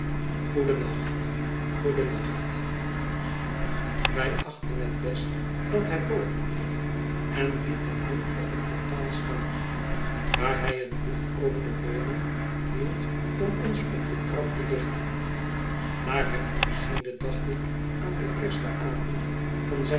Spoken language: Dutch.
goedennacht goedennacht wij achtten het best dat hij boven bleef en lieten hem op het portaal staan waar hij een licht over de leuning hield om ons op de trap te lichten naar hem opziende dacht ik aan den eersten avond van zijne